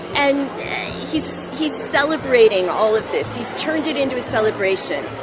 and he's he's celebrating all of this. he's turned it into a celebration.